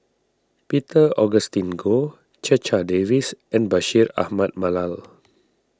Peter Augustine Goh Checha Davies and Bashir Ahmad Mallal